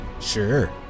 Sure